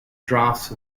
drafts